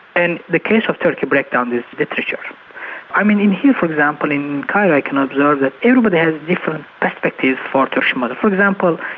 and the case of turkey breaks down this literature. i mean, here, for example, in cairo, i can observe that everybody has different perspectives for turkish model. for example,